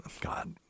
God